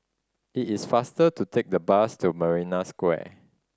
it is faster to take the bus to Marina Square